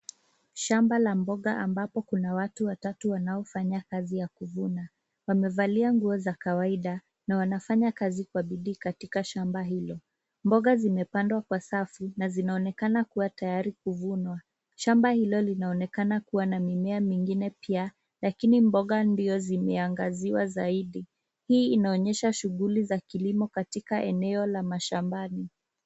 Shamba la mboga amabo kuna watu watatu wanaofanya kazi ya kuvuna. Wamevalia nguo za kawaida na wanafanya kazi kwa bidii katika shamba hilo. Mboga zimepandwa kwa safu na zinaonekana kuwa tayari kuvunwa. Shamba hilo linaonekana kuwa na mimea mengine pia, lakini mboga ndio zimeangaziwa zaidi. Hii inaonyesha shughuli za kilimo katika eneo la mashambani.